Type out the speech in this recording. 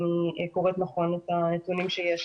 אם אני קוראת נכון את הנתונים שיש לי.